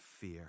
fear